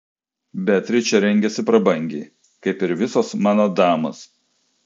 beatričė rengiasi prabangiai kaip ir visos mano damos